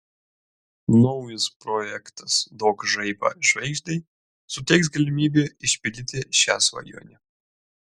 naujas projektas duok žaibą žvaigždei suteiks galimybę išpildyti šią svajonę